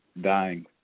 dying